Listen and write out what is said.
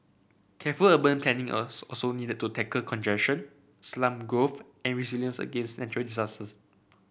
careful urban planning was also needed to tackle congestion slum growth and resilience against natural disasters